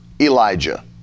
Elijah